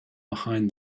behind